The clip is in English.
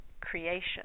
creation